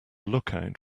lookout